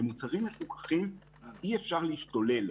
ובמוצרים מפוקחים אי-אפשר להשתולל,